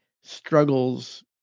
struggles